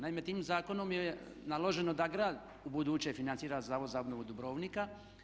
Naime, tim zakonom je naloženo da grad ubuduće financira Zavod za obnovu Dubrovnika.